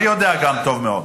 אני יודע גם טוב מאוד.